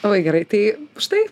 labai gerai tai štai